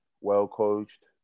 well-coached